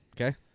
Okay